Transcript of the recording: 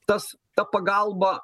tas ta pagalba